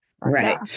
Right